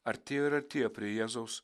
artėjo ir artėja prie jėzaus